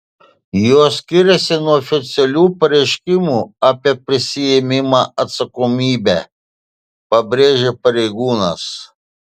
jos skiriasi nuo oficialių pareiškimų apie prisiimamą atsakomybę pabrėžė pareigūnas